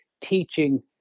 teaching